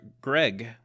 Greg